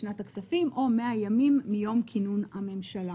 שנת הכספים או 100 ימים מיום כינון הממשלה.